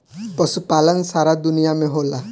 पशुपालन सारा दुनिया में होला